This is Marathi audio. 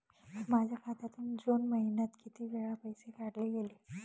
माझ्या खात्यातून जून महिन्यात किती वेळा पैसे काढले गेले?